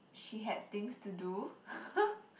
she had things to do